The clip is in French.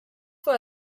fois